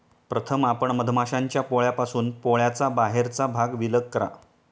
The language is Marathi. प्रथम आपण मधमाश्यांच्या पोळ्यापासून पोळ्याचा बाहेरचा भाग विलग करा